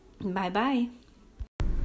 Bye-bye